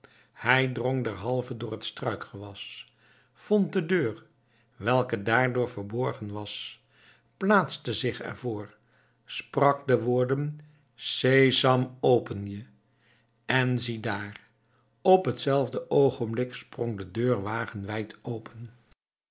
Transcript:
hij drong derhalve door het struikgewas vond de deur welke daardoor verborgen was plaatste zich er voor sprak de woorden sesam open je en ziedaar op t zelfde oogenblik sprong de deur wagenwijd open